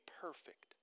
perfect